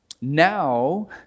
Now